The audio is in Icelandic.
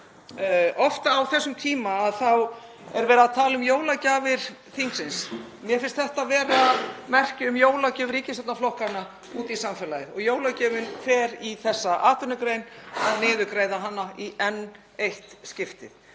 oft á þessum tíma er verið að tala um jólagjafir þingsins. Mér finnst þetta vera merki um jólagjöf ríkisstjórnarflokkanna út í samfélagið og jólagjöfin fer í þessa atvinnugrein, að niðurgreiða hana í enn eitt skiptið.